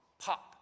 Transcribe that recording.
Pop